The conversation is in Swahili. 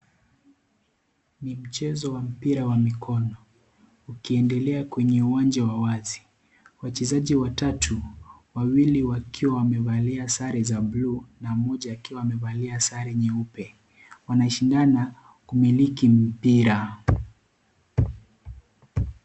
Ni mchezo wa mpira wa mikono ukiendelea kwenye uwanja wa wazi, wachezaji watatu wawili waiwa wamevalia sare za bulu na mmoja akiwa amevalia sare nyeupe wanashindana kumiliki mpira.